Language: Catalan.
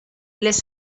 les